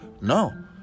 no